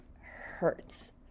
hurts